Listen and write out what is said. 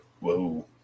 whoa